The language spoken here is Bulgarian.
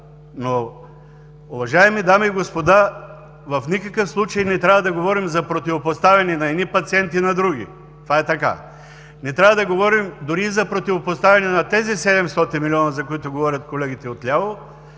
Но, уважаеми дами и господа, в никакъв случай не трябва да говорим за противопоставяне на едни пациенти на други. Това е така. Не трябва да говорим дори и за противопоставяне на тези 700 милиона, за които говорят колегите отляво,